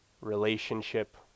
relationship